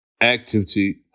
Activity